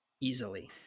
easily